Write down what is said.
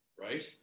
right